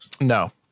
No